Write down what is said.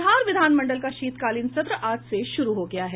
बिहार विधानमंडल का शीतकालीन सत्र आज से शुरू हो गया है